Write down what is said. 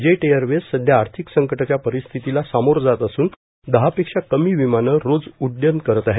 jet Airways संध्या आर्थिक संकटाच्या परिस्थितीला सामोरे जात असून दहापेक्षा कमी विमानं रोज उड्डायन करत आहेत